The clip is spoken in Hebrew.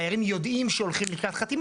הדיירים יודעים שהולכים לקראת חתימה